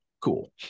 cool